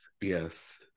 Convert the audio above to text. Yes